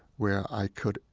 where i could,